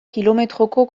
kilometroko